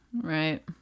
Right